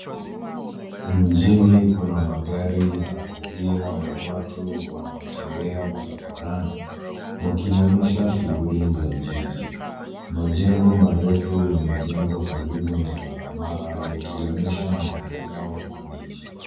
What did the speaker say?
mjini kuna magari ya abiria na watu wanaotembea barabarani wakionyesha shughuli za jiji. Majengo marefu yamejengwa karibu na barabara yakionyesha maendeleo ya miji.